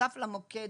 בנוסף למוקד,